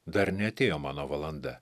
dar neatėjo mano valanda